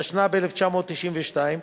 התשנ"ב 1992,